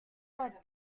god